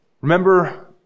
Remember